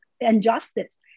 injustice